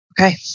Okay